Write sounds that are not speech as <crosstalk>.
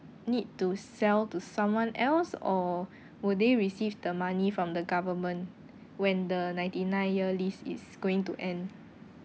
need to sell to someone else or <breath> would they receive the money from the government when the ninety nine year lease is going to end